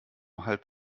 halb